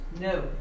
No